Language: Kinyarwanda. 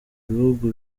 bihugu